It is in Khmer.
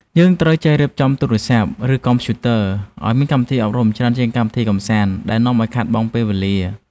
យើងត្រូវចេះរៀបចំទូរស័ព្ទ ឬកុំព្យូទ័រឱ្យមានកម្មវិធីអប់រំច្រើនជាងកម្មវិធីកម្សាន្តដែលនាំឱ្យខាតបង់ពេលវេលា។